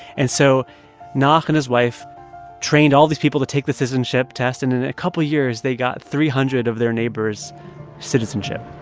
and so naakh and his wife trained all these people to take the citizenship test, and in a couple years, they got three hundred of their neighbors citizenship